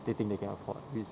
they think they can afford which